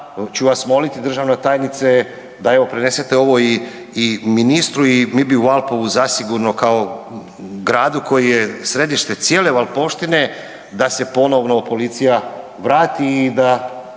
ću vas moliti državna tajnice da evo prenesete ovo i ministru. I mi bi u Valpovu zasigurno kao gradu koji je središte cijele Valpovštine da se ponovno policija vrati i da